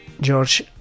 george